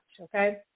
okay